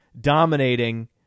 dominating